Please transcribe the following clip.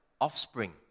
offspring